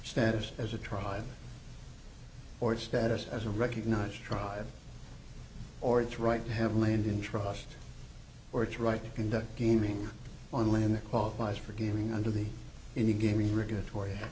status as a tribe or its status as a recognized tribe or its right to have land in trust or its right to conduct gaming on land that qualifies for gaming under the indian gaming regulatory